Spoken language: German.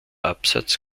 absatz